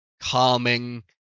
calming